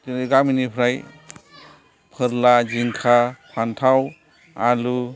जेरै गामिनिफ्राय फोरला जिंखा फानथाव आलु